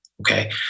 Okay